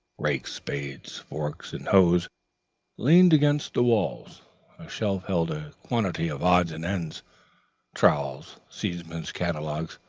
rakes, spades, forks and hoes leant against the walls a shelf held a quantity of odds and ends trowels, seedsmen's catalogues,